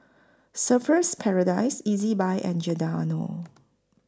Surfer's Paradise Ezbuy and Giordano